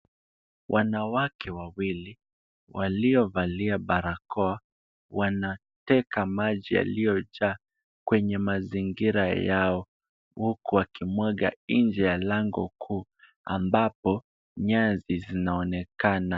Wanawake wawili waliovalia barakoa, wanateka maji yaliyojaa kwenye mazingira yao huku wakimwaga nje ya lango kuu ambapo nyasi zinaonekana.